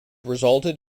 resulted